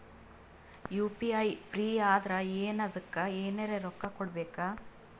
UPI free ಅದಾರಾ ಏನ ಅದಕ್ಕ ಎನೆರ ರೊಕ್ಕ ಕೊಡಬೇಕ?